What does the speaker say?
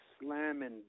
slamming